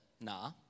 nah